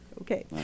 Okay